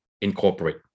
incorporate